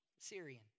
Syrian